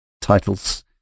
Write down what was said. titles